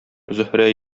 зөһрә